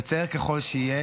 מצער ככל שיהיה,